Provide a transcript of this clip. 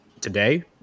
Today